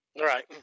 Right